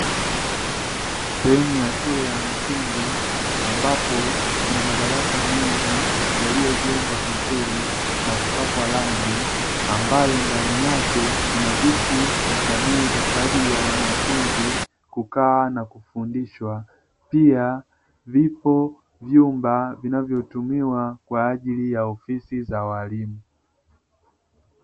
Sehemu ya shule ya msingi ambapo kuna madarasa mengi; yaliyojengwa vizuri na kupakwa rangi, ambayo ndani yake kuna viti na meza kwa ajili ya wanafunzi kukaa na kufundishwa. Pia vipo vyumba vinavyotumiwa kwa ajili ya ofisi za walimu.